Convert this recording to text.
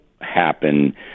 happen